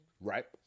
Right